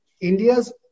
India's